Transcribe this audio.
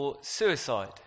Suicide